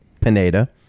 Pineda